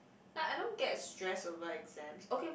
like I don't get stress over exams okay